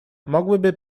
mogłyby